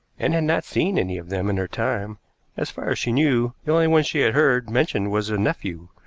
and had not seen any of them in her time as far as she knew the only one she had heard mentioned was a nephew,